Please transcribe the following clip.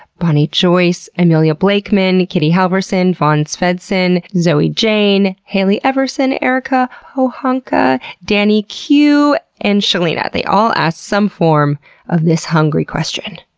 bonnie joyce, amelia blakeman, kitti halverson, vaughn svendsen, zoe jane, hayley everson, erik ah pohanka, danni q and shellina all asked some form of this hungry question.